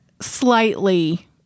slightly